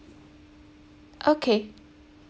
okay